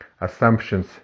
assumptions